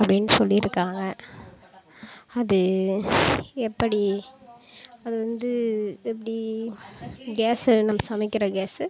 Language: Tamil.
அப்டினு சொல்லிருக்காங்க அது எப்படி அது வந்து எப்படி கேஸு நம்ம சமைக்கிற கேஸு